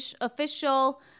official